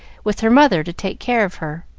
with her mother to take care of her